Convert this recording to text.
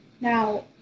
Now